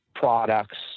products